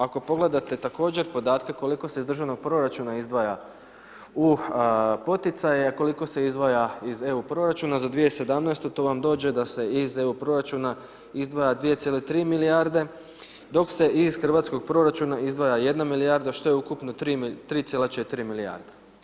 Ako pogledate također podatke koliko se iz državnog proračuna izdvaja u poticaje, koliko se izdvaja iz EU proračuna za 2017. to vam dođe da se iz EU proračuna izdvaja 2,3 milijarde dok se iz hrvatskog proračuna izdvaja 1 milijarda što je ukupno 3,4 milijarde.